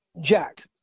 Jack